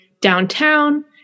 downtown